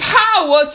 power